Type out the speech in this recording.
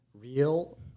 real